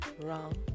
wrong